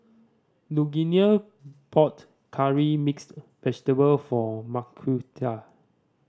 Lugenia bought Curry Mixed Vegetable for Marquita